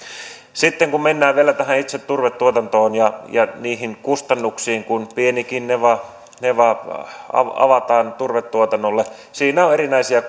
sitten kun mennään vielä tähän itse turvetuotantoon ja ja niihin kustannuksiin niin kun pienikin neva avataan turvetuotannolle siinä on erinäisiä